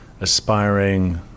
aspiring